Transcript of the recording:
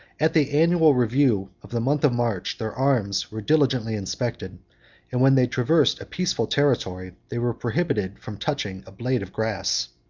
at the annual review of the month of march, their arms were diligently inspected and when they traversed a peaceful territory, they were prohibited from touching a blade of grass.